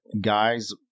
guys